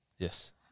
yes